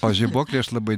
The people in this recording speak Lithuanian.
o žibuoklei aš labai